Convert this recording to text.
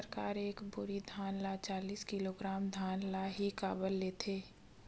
सरकार एक बोरी धान म चालीस किलोग्राम धान ल ही काबर लेथे?